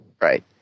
Right